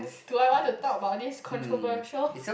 do I want to talk about this controversial